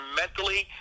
mentally